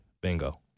Bingo